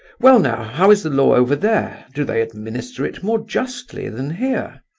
well now, how is the law over there, do they administer it more justly than here?